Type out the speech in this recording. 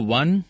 one